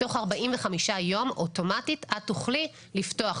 תוך 45 ימים אוטומטית את תוכלי לפתוח.